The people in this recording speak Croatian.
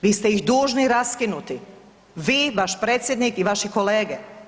Vi ste ih dužni raskinuti, vi, vaš predsjednik i vaši kolege.